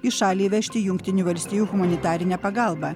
į šalį įvežti jungtinių valstijų humanitarinę pagalbą